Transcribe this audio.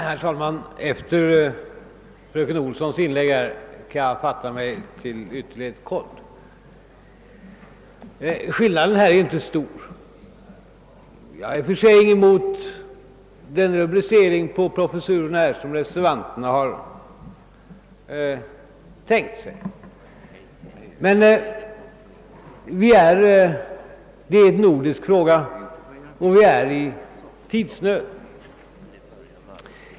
Herr talman! Efter fröken Olssons inlägg kan jag fatta mig ytterligt kort. Skillnaden mellan utskottsmajoritetens och reservanternas uppfattning är inte stor. Jag har i och för sig ingenting emot den rubricering på professurerna som reservanterna tänkt sig. Men detta är en nordisk fråga, och vi är i tidsnöd.